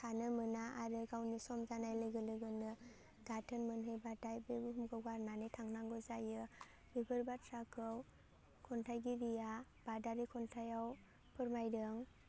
थानो मोना आरो गावनि सम जानाय लोगोनो गाथोन मोनहैबाथाय बे बुहुमखौ गारनानै थांनांगौ जायो बेफोर बाथ्राखौ खन्थाइगिरिया बादारि खन्थाइयाव फोरमायदों